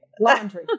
Laundry